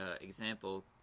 example